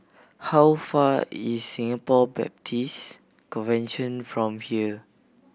how far is Singapore Baptist Convention from here